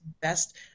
best